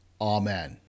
Amen